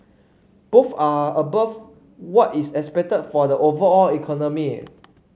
both are above what is expected for the overall economy